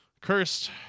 cursed